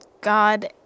God